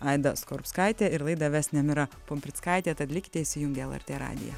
aida skorupskaitė ir laidą ves nemira pumprickaitė tad likite įsijungę lrt radiją